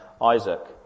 Isaac